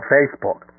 Facebook